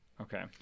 Okay